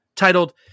titled